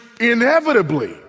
inevitably